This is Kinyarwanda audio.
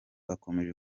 akomeje